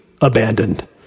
abandoned